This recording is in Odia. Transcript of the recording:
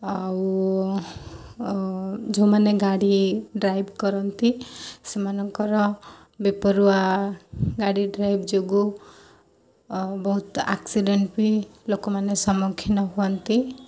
ଆଉ ଆଉ ଯେଉଁମାନେ ଗାଡ଼ି ଡ୍ରାଇଭ୍ କରନ୍ତି ସେମାନଙ୍କର ବେପରୁଆ ଗାଡ଼ି ଡ୍ରାଇଭ୍ ଯୋଗୁଁ ବହୁତ ଆକ୍ସିଡ଼େଣ୍ଟ୍ ବି ଲୋକମାନେ ସମ୍ମୁଖୀନ ହୁଅନ୍ତି